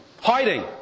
Hiding